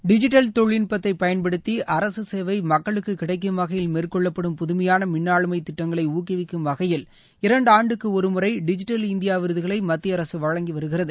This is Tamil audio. டிஜிட்டல் தொழில்நுட்பத்தை பயன்படுத்தி அரசு சேவை மக்களுக்கு கிடைக்கும் வகையில் மேற்கொள்ளப்படும் புதுமையான மின் ஆளுமை திட்டங்களை ஊக்குவிக்கும் வகையில் இரண்டு ஆண்டுக்கு ஒரு முறை டிஜிட்டல் இந்தியா விருதுகளை மத்திய அரசு வழங்கி வருகிறது